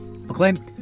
McLean